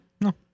no